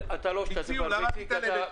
למה את מתעלמת?